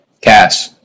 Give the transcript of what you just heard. Cash